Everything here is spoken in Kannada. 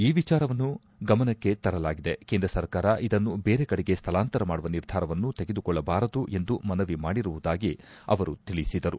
ಈ ವಿಚಾರವನ್ನು ಗಮನಕ್ಕೆ ತರಲಾಗಿದೆ ಕೇಂದ್ರ ಸರ್ಕಾರ ಇದನ್ನು ದೇರೆ ಕಡೆಗೆ ಸ್ಥಳಾಂತರ ಮಾಡುವ ನಿರ್ಧಾರವನ್ನು ತೆಗೆದುಕೊಳ್ಳಬಾರದು ಎಂದು ಮನವಿ ಮಾಡಿರುವುದಾಗಿ ಅವರು ಹೇಳಿದರು